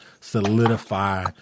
solidify